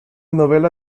novela